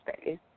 space